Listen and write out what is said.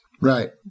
Right